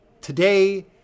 today